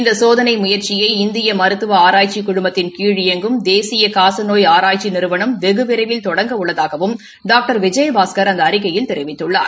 இந்த சோதனை முயற்சியை இந்திய மருத்துவ ஆராய்ச்சிக் குழமத்தின் கீழ் இபங்கும் தேசிய னசநோய் ஆராய்ச்சி நிறுவனம் வெகு விரைவில் தொடங்க உள்ளதாகவும் டாக்டர் விஜயபாஸ்கர் அந்த அறிக்கையில் தெரிவித்துள்ளார்